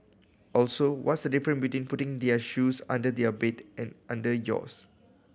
also what's the different between putting their shoes under their bed and under yours